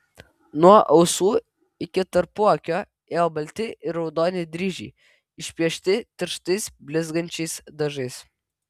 nuo ausų iki tarpuakio ėjo balti ir raudoni dryžiai išpiešti tirštais blizgančiais dažais